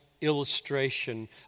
illustration